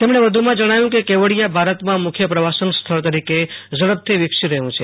તેમણે વધુમાં જણાવ્યુ કે કેવડીયા ભારતમાં મખ્ય પ્રવાસન સ્થળ તરીકે ઝડપથી વિકસી રહયું છે